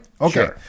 Okay